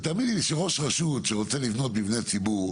ותאמיני לי שראש רשות שרוצה לבנות מבנה ציבור,